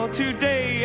today